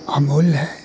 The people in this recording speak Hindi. अमूल्य है